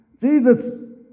Jesus